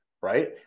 right